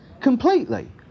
completely